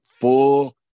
full